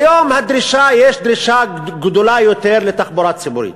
כיום יש דרישה גדולה יותר לתחבורה ציבורית,